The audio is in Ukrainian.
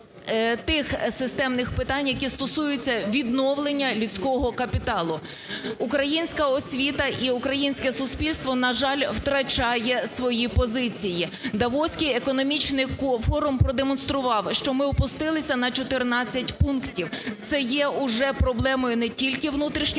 тих системних питань, які стосуються відновлення людського капіталу. Українська освіта і українське суспільство, на жаль, втрачає свої позиції, Давоський економічний форум продемонстрував, що ми опустилися на 14 пунктів, це є уже проблемою не тільки внутрішньо